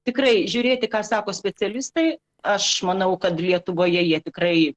tikrai žiūrėti ką sako specialistai aš manau kad lietuvoje jie tikrai